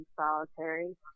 solitary